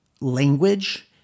language